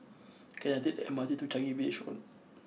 can I take the M R T to Changi Village Road